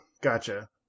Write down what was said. Gotcha